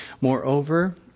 Moreover